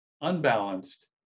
unbalanced